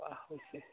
পূৰা হৈছে